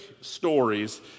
stories